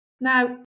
Now